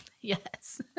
Yes